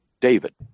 David